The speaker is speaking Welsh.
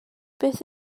beth